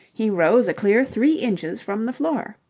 he rose a clear three inches from the floor.